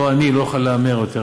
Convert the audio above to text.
אותו עני לא יוכל להמר על יותר